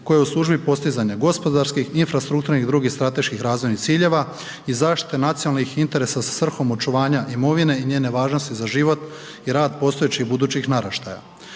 je u službi postizanja gospodarskih, infrastrukturnih i drugih strateških razvojnih ciljeva i zaštite nacionalnih interesa sa svrhom očuvanja imovine i njene važnosti za život i rad postojećih i budućih naraštaja.